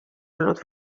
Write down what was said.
olnud